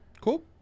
Cool